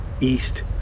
East